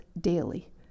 daily